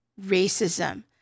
racism